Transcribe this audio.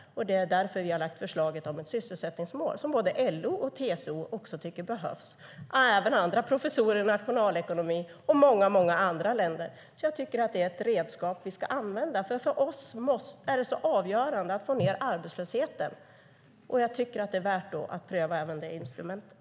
Det är därför vi har lagt fram förslaget om ett sysselsättningsmål, vilket också LO och TCO tycker behövs. Även professorer i nationalekonomi tycker att det behövs, och många andra länder har det. Jag tycker att det är ett redskap vi ska använda. För oss är det avgörande att få ned arbetslösheten, och jag tycker att det är värt att pröva även det instrumentet.